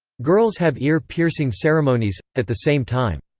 girls have ear-piercing ceremonies at the same time.